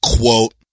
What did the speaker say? Quote